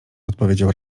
odpowiedział